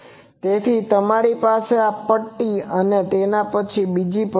તેથી તમારી પાસે આ પટ્ટી છે અને તેના પછી બીજી પટ્ટી છે